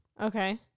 Okay